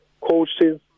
coaches